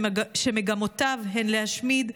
שמגמותיו הן להשמיד,